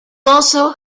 also